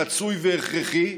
רצוי והכרחי,